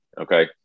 Okay